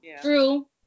True